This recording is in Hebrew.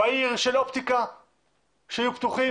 של אופטיקה שיהיו פתוחות.